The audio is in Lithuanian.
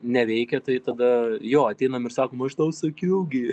neveikia tai tada jo ateinam ir sakom aš tau sakiau gi